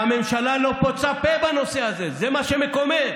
והממשלה לא פוצה פה בנושא הזה, זה מה שמקומם.